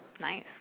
Nice